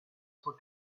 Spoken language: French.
cent